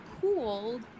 cooled